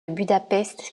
budapest